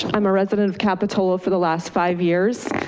i'm a resident of capitola for the last five years.